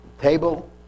table